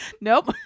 nope